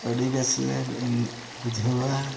ᱟᱹᱰᱤ ᱵᱮᱹᱥ ᱞᱮ ᱵᱩᱡᱷᱟᱹᱣᱟ